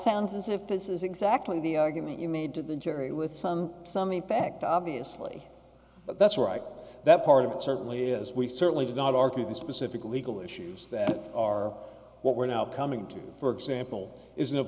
sounds as if this is exactly the argument you made to the jury with some some effect obviously but that's right that part of it certainly is we certainly did not argue the specific legal issues that are what we're now coming to for example is